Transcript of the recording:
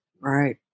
Right